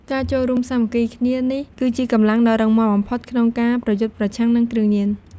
ការរួមសាមគ្គីគ្នានេះគឺជាកម្លាំងដ៏រឹងមាំបំផុត ក្នុងការប្រយុទ្ធប្រឆាំងនិងគ្រឿងញៀន។